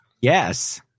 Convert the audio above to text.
Yes